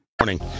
Morning